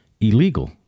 illegal